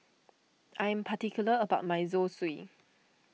I am particular about my Zosui